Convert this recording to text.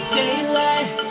daylight